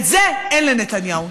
את זה אין לנתניהו.